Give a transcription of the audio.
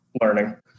learning